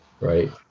right